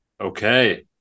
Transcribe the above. Okay